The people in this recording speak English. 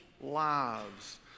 lives